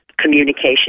communication